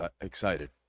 excited